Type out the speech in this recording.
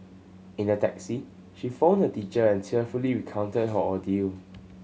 in the taxi she phoned a teacher and tearfully recounted her ordeal